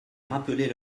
rappeler